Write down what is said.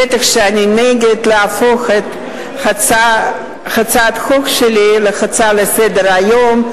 בטח שאני נגד להפוך את הצעת החוק שלי להצעה לסדר-היום.